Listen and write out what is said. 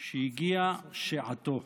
שהגיעה שעתו.